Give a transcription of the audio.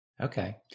Okay